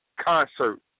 concert